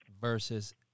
versus